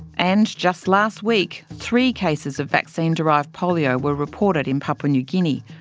and just last week three cases of vaccine-derived polio were reported in papua new guinea.